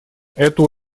эту